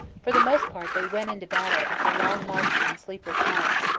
for the most part they went into battle after long marches and sleepless nights,